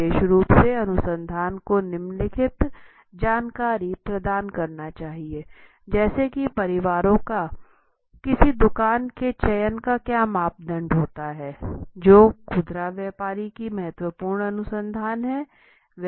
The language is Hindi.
विशेष रूप से अनुसंधान को निम्नलिखित जानकारी प्रदान करना चाहिए जैसे की परिवारों का किसी दूकान के चयन का क्या मापदंड होता है जो खुदरा व्यापार की महत्त्वपूर्ण अनुसंधान है